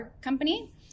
company